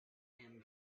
him